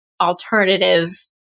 alternative